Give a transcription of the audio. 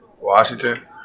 Washington